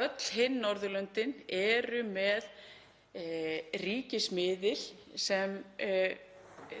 Öll hin Norðurlöndin eru með ríkismiðil sem